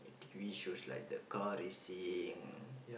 T_V shows like the car racing